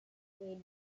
include